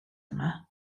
yma